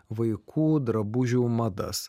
vaikų drabužių madas